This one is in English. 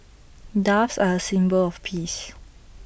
doves are A symbol of peace